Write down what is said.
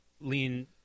lean